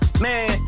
Man